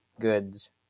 goods